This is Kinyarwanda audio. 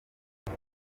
iyi